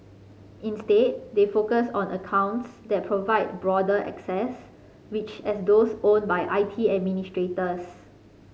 instead they focus on accounts that provide broader access which as those owned by I T administrators